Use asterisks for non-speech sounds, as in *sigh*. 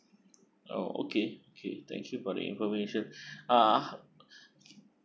oh okay okay thank you for the information *breath* uh